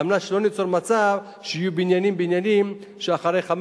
על מנת שלא ניצור מצב של בניינים שאחרי 15